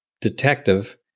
detective